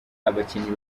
abakinnyi